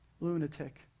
lunatic